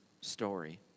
story